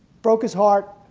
broke his heart.